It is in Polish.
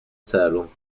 celu